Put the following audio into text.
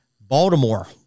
Baltimore